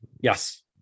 Yes